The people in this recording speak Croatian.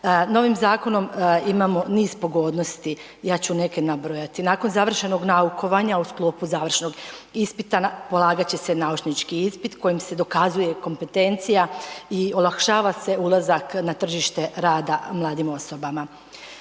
Novim zakonom imamo niz pogodnosti, ja ću neke nabrojati. Nakon završenog naukovanja u sklopu završnog ispita polagat će se naučnički ispit kojim se dokazuje kompetencija i olakšava se ulazak na tržište rada mladim osobama.